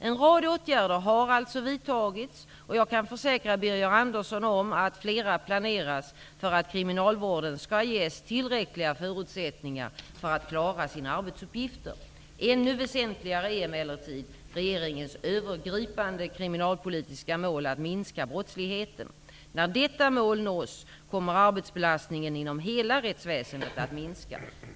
En rad åtgärder har alltså vidtagits, och jag kan försäkra Birger Andersson om att flera planeras för att kriminalvården skall ges tillräckliga förutsättningar för att klara sina arbetsuppgifter. Ännu väsentligare är emellertid regeringens övergripande kriminalpolitiska mål att minska brottsligheten. När detta mål nås kommer arbetsbelastningen inom hela rättsväsendet att minska.